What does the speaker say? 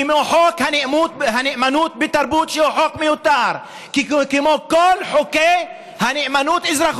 כי חוק הנאמנות בתרבות הוא חוק מיותר כמו כל חוקי הנאמנות-האזרחות,